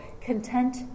content